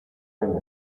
välja